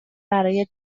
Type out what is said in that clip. برای